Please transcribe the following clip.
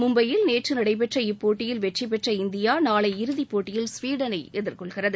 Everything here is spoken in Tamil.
மும்பையில் நேற்று நடைபெற்ற இப்போட்டியில் வெற்றி பெற்ற இந்தியா நாளை இறுதிப்போட்டியில் ஸ்வீடனை எதிர்கொள்கிறது